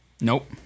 Nope